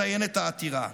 מציינת העתירה,